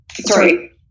Sorry